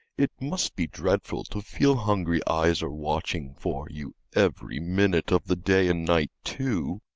it must be dreadful to feel hungry eyes are watching for you every minute of the day and night, too.